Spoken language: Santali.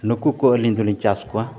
ᱱᱩᱠᱩ ᱠᱚ ᱟᱹᱞᱤᱧ ᱫᱚᱞᱤᱧ ᱪᱟᱥ ᱠᱚᱣᱟ